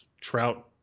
trout